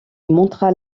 montra